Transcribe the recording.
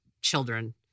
children